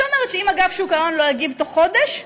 שאומרת שאם אגף שוק ההון לא יגיב בתוך חודש,